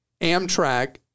Amtrak